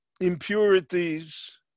impurities